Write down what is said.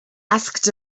asked